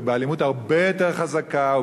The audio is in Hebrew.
ובאלימות הרבה יותר חזקה,